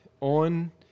on